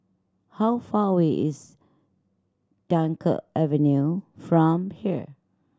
how far away is Dunkirk Avenue from here